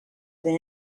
them